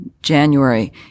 January